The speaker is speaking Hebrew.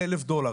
1,000 דולר,